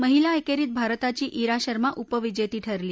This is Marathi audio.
महिला एकेरीत भारताची ज्ञा शर्मा उपविजेती ठरली